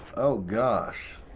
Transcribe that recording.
oh gosh.